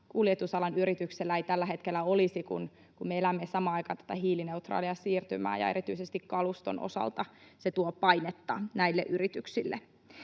kuljetusalan yrityksellä ei tällä hetkellä olisi, kun me elämme samaan aikaan tätä hiilineutraalia siirtymää ja erityisesti kaluston osalta se tuo painetta näille yrityksille.